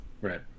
Right